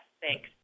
Thanks